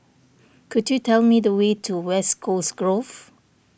could you tell me the way to West Coast Grove